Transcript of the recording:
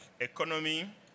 economy